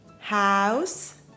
House